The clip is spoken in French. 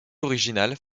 original